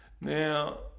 Now